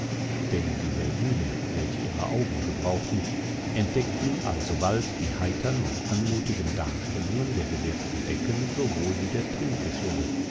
denn die seldwyler welche ihre augen gebrauchten entdeckten alsobald die heitern und anmutigen darstellungen der gewirkten decken sowohl wie der